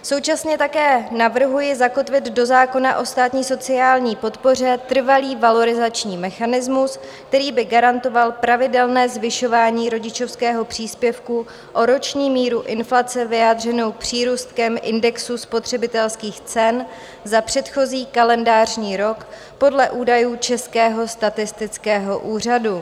Současně také navrhuji zakotvit do zákona o státní sociální podpoře trvalý valorizační mechanismus, který by garantoval pravidelné zvyšování rodičovského příspěvku o roční míru inflace vyjádřenou přírůstkem indexu spotřebitelských cen za předchozí kalendářní rok podle údajů Českého statistického úřadu.